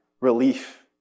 relief